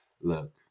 look